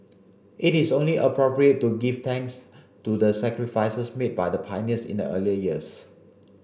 it is only appropriate to give thanks to the sacrifices made by the pioneers in the early years